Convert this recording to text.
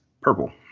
Purple